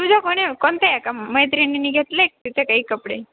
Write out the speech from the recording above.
तुझ्या कोणी कोणत्या एका मैत्रिणीने घेतले आहे तिथे काही कपडे